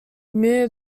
knew